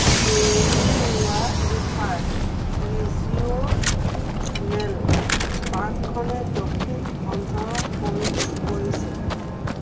বেৰোৱৰা river regional পাৰ্কখনে দক্ষিণ অঞ্চলক সংযোগ কৰিছে